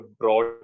broad